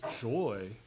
joy